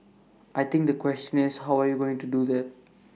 I think the question is how are you going to do that